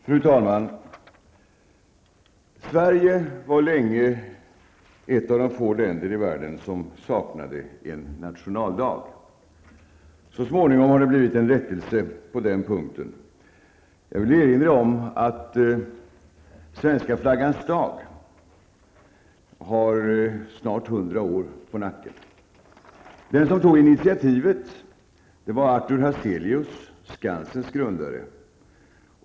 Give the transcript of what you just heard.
Fru talman! Sverige var länge ett av de få länder i världen som saknade en nationaldag. Så småningom har det blivit en rättelse på den punkten. Jag vill erinra om att svenska flaggans dag snart har 100 år på nacken. Den som tog initiativet till det första firandet var Artur Hazelius, Skansens grundare.